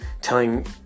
telling